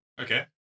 Okay